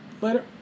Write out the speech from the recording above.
Later